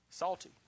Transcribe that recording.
Salty